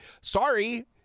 sorry